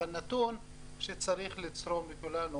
אבל נתון שצריך לצרום לכולנו